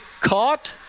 caught